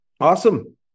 Awesome